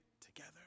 together